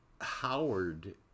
Howard